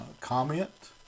comment